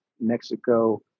Mexico